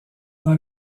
dans